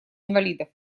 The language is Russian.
инвалидов